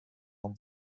non